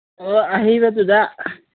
ꯑꯣ ꯑꯍꯩꯕꯗꯨꯗ